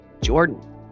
Jordan